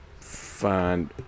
find